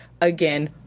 again